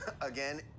again